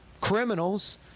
criminals